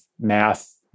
math